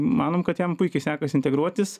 manom kad jam puikiai sekasi integruotis